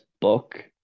book